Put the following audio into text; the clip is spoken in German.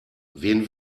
wen